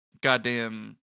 goddamn